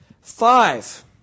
Five